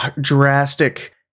drastic